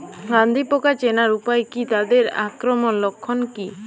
গন্ধি পোকা চেনার উপায় কী তাদের আক্রমণের লক্ষণ কী?